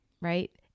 Right